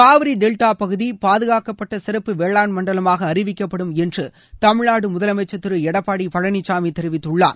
Kaveri delta பகுதி பாதுகாக்கப்பட்ட சிறப்பு வேளாண் மண்டலமாக அறிவிக்கப்படும் என்று தமிழ்நாடு முதலமைச்சர் திரு எடப்பாடி பழனிசாமி தெரிவித்துள்ளார்